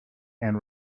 and